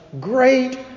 great